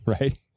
right